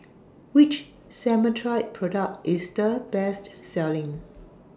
Which Cetrimide Product IS The Best Selling